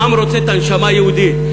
העם רוצה את הנשמה יהודית.